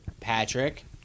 Patrick